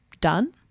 done